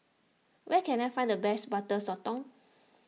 where can I find the best Butter Sotong